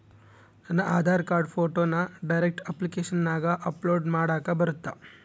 ನನ್ನ ಆಧಾರ್ ಕಾರ್ಡ್ ಫೋಟೋನ ಡೈರೆಕ್ಟ್ ಅಪ್ಲಿಕೇಶನಗ ಅಪ್ಲೋಡ್ ಮಾಡಾಕ ಬರುತ್ತಾ?